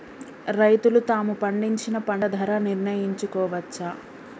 రైతులు తాము పండించిన పంట ధర నిర్ణయించుకోవచ్చా?